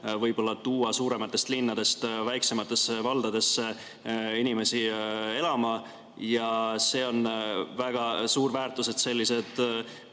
võib-olla tuua suurematest linnadest väiksematesse valdadesse inimesi elama. See on väga suur väärtus, et sellised